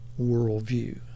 worldview